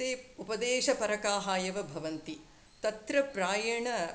ते उपदेशपरकाः एव भवन्ति तत्र प्रायेण